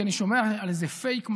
כי אני שומע על איזה פייק משבר.